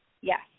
Yes